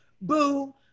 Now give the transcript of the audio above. boo